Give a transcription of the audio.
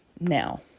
now